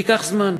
ייקח זמן.